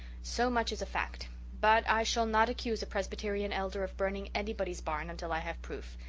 so much is a fact but i shall not accuse a presbyterian elder of burning anybody's barn until i have proof.